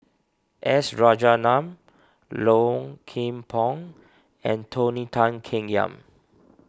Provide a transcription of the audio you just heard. S Rajaratnam Low Kim Pong and Tony Tan Keng Yam